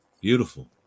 Beautiful